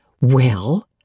Well